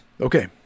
Okay